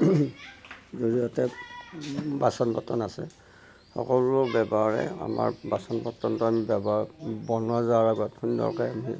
জৰিয়তে বাচন বৰ্তন আছে সকলোৰে ব্যৱহাৰে আমাৰ বাচন বৰ্তনটো আমি ব্যৱহাৰ বনাব যোৱাৰ আগত সুন্দৰকৈ